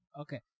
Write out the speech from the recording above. Okay